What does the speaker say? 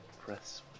press